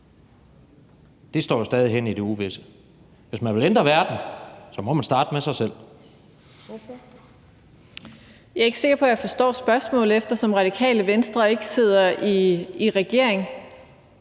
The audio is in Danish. Det står jo stadig hen i det uvisse. Hvis man vil ændre verden, må man starte med sig selv.